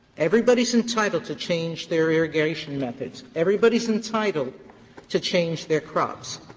everybody's entitled to change their irrigation methods, everybody's entitled to change their crops.